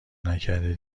نکرده